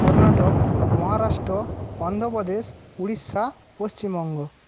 Karnataka Maharashtra Andhra Pradesh Orissa Paschimbanga